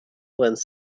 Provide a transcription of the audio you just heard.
lens